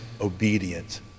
obedient